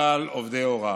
בפורטל עובדי הוראה.